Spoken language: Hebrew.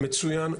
מצויין,